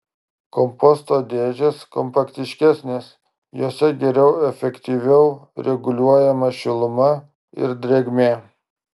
komposto dėžės kompaktiškesnės jose geriau efektyviau reguliuojama šiluma ir drėgmė